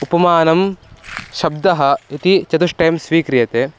उपमानं शब्दः इति चतुष्टयं स्वीक्रियते